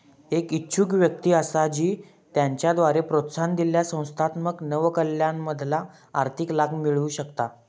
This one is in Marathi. एक इच्छुक व्यक्ती असा जी त्याच्याद्वारे प्रोत्साहन दिलेल्या संस्थात्मक नवकल्पनांमधना आर्थिक लाभ मिळवु शकता